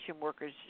workers